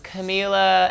Camila